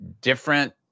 different